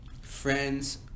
friends